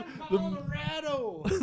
Colorado